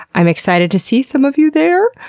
i'm excited to see some of you there.